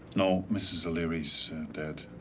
no. mrs. o'leary is dead.